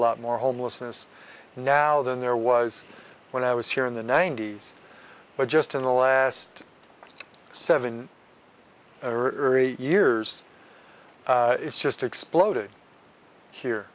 lot more homelessness now than there was when i was here in the ninety's but just in the last seven or eight years it's just exploded here